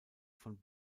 von